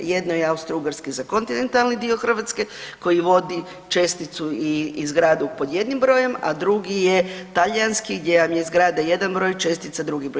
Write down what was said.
Jedno je austrougarski, za kontinentalni dio Hrvatske, koji vodi česticu i zgradu pod jednim brojem, a drugi je talijanski, gdje vam je zgrada jedan broj, a čestica drugi broj.